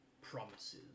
promises